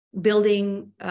building